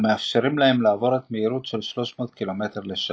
המאפשרים להם לעבור מהירות של 300 קילומטר לשעה.